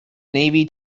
navy